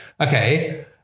okay